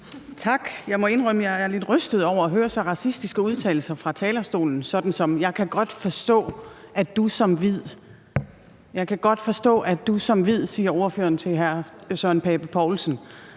Tak. Jeg må indrømme, at jeg er lidt rystet over at høre så racistiske udtalelser fra talerstolen. »Jeg kan godt forstå, at du som hvid ...«, siger ordføreren til hr. Søren Pape Poulsen.